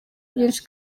byinshi